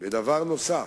בדבר נוסף: